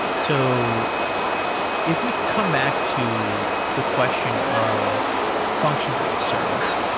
so if we'd come back to the question of functions as a service,